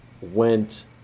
went